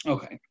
Okay